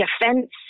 defense